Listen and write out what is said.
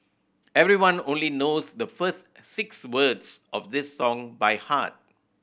everyone only knows the first six words of this song by heart